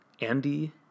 Andy